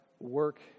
work